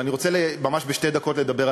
אבל אני רוצה ממש בשתי דקות לדבר על